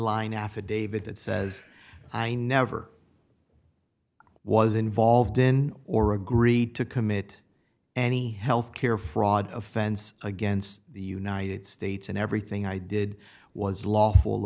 line affidavit that says i never was involved in or agreed to commit any health care fraud offense against the united states and everything i did was lawful